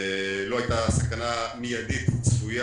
לא הייתה סכנה מיידית צפויה.